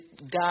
God